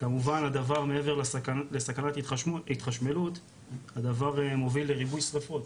כמובן הדבר מעבר לסכנת התחשמלות הדבר מוביל לריבוי שריפות